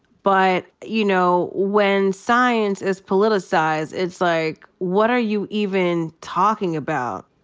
but, you know, when science is politicized, it's like, what are you even talking about?